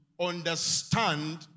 understand